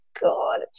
God